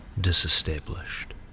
disestablished